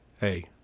Hey